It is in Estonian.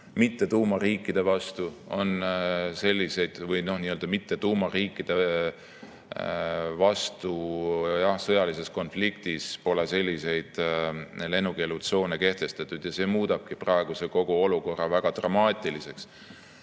mittetuumariikide vastu, on selliseid, või nii-öelda mittetuumariikide vastu, jah, sõjalises konfliktis pole selliseid lennukeelutsoone kehtestatud ja see muudabki praeguse kogu olukorra väga dramaatiliseks.